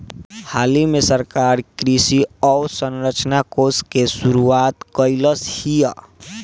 हालही में सरकार कृषि अवसंरचना कोष के शुरुआत कइलस हियअ